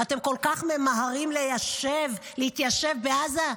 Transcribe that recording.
אתם כל כך ממהרים להתיישב בעזה?